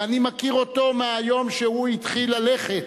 ואני מכיר אותו מהיום שהוא התחיל ללכת,